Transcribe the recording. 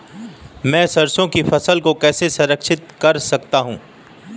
मैं सरसों की फसल को कैसे संरक्षित कर सकता हूँ?